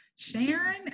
Sharon